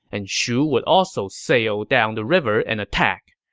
and shu would also sail down the river and attack.